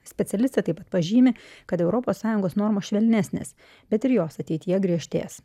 specialistė taip pat pažymi kad europos sąjungos normos švelnesnės bet ir jos ateityje griežtės